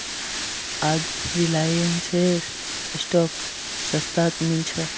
आज रिलायंसेर स्टॉक सस्तात मिल छ